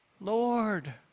Lord